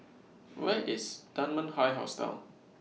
Where IS Dunman High Hostel